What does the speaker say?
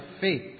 faith